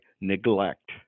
neglect